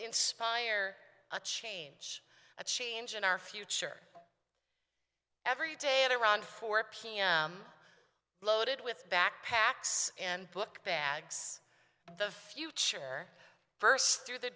inspire a change a change in our future every day at around four p m loaded with backpacks and book bags the future bursts through the